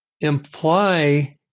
imply